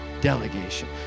delegation